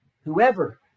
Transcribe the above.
whoever